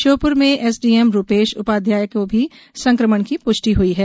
श्योप्र में एसडीएम रूपेश उपाध्याय में संक्रमण की पृष्टि हई है